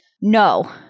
No